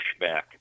pushback